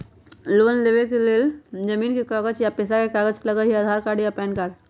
Loan लेवेके लेल जमीन के कागज या पेशा के कागज लगहई या आधार कार्ड या पेन कार्ड?